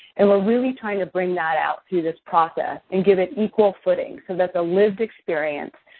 and we're really trying to bring that out through this process and give it equal footing so that the lived experience,